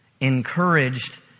encouraged